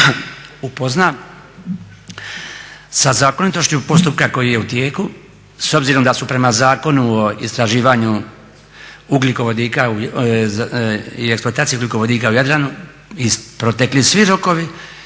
upozna sa zakonitošću postupka koji je u tijeku s obzirom da su prema Zakonu o istraživanju ugljikovodika i eksploataciji ugljikovodika u Jadranu protekli svi rokovi